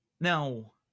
Now